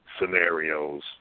scenarios